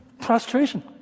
prostration